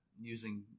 using